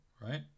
right